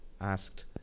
asked